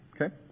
Okay